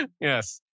Yes